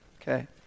Okay